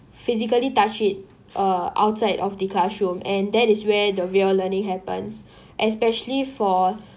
physically touch it uh outside of the classroom and that is where the real learning happens especially for